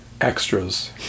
extras